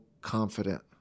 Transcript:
confident